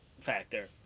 factor